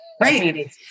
Right